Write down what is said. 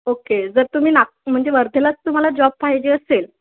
okay जर तुम्ही नाग म्हणजे वर्ध्यालाच तुम्हाला जॉब पाहिजे असेल